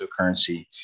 cryptocurrency